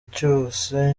cyose